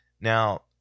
Now